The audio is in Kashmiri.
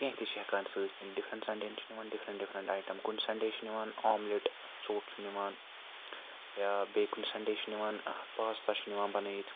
کینٛہہ تہِ چھِ ہٮ۪کان سۭتۍ ڈِفرنٛٹ سَنڈے یَن چھِ نِوان ڈِفرنٛٹ ڈِفرنٛٹ آیٹَم کُنہِ سَنڈے چھِ نِوان آملیٹ ژوٚٹ چھِ نِوان یا بیٚیہِ کُنہِ سَںڈے چھِ نِوان پاستا چھِ نِوان بَنٲوِتھ